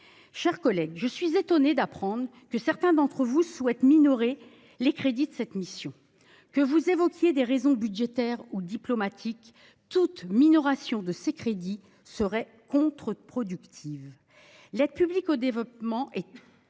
chers collègues, je suis étonnée d’apprendre que certains d’entre vous souhaitent diminuer les crédits de cette mission ; qu’elle soit justifiée par des raisons budgétaires ou diplomatiques, toute minoration serait pourtant contre productive. L’aide publique au développement est